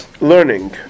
learning